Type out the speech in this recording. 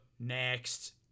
next